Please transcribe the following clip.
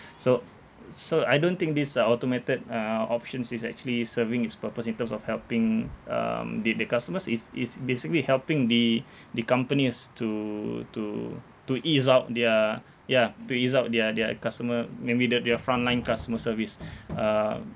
so so I don't think this uh automated uh options is actually serving its purpose in terms of helping um the the customers is is basically helping the the companies to to to ease out their ya to ease out their their customer maybe the their front line customer service uh